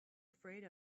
afraid